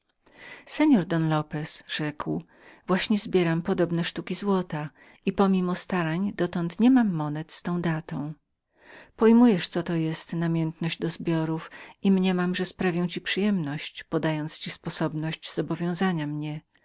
don lopez rzekł właśnie zbieram podobne sztuki złota i pomimo całej usilności dotąd niemiałem bitych z tego roku pojmujesz co to jest namiętność do zbiorów i mniemam że sprawię ci przyjemność podając ci sposobność zobowiązania mnie